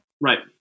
Right